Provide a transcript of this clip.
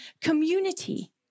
community